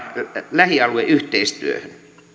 lähialueyhteistyöhön